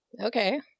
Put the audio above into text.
Okay